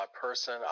person